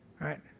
right